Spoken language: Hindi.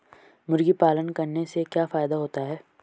मुर्गी पालन करने से क्या फायदा होता है?